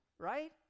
Right